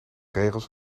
regels